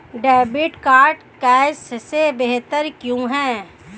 Debit card cash से बेहतर क्यों है?